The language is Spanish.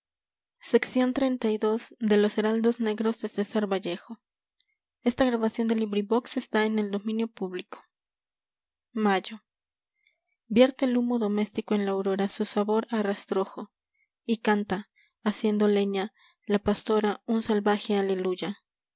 y corazón vierte el humo doméstico en la aurora su sabor a rastrojo y canta haciendo leña la pastora un salvaje aleluya